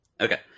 Okay